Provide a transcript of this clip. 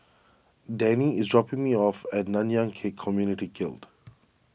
Danny is dropping me off at Nanyang Khek Community Guild